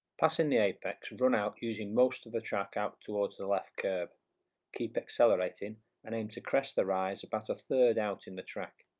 passing the apex run out using most of the track out towards the left kerb keep accelerating and aim to crest the rise about a third out in the track,